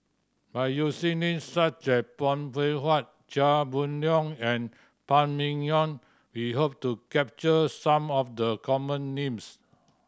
by using names such as Phay Seng Whatt Chia Boon Leong and Phan Ming Yen we hope to capture some of the common names